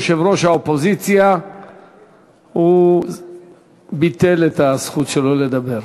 יושב-ראש האופוזיציה הוא ביטל את הזכות שלו לדבר.